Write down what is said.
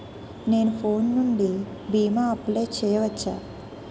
నేను ఫోన్ నుండి భీమా అప్లయ్ చేయవచ్చా?